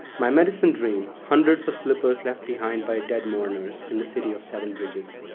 my medicine dream, hundreds of slippers left behind by dead mourners in the city of seven bridges,